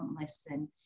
listen